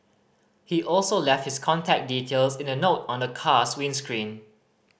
he also left his contact details in a note on the car's windscreen